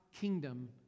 kingdom